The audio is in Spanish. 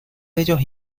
ellos